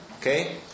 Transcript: Okay